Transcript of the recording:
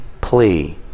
plea